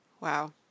Wow